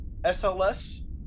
SLS